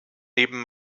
neben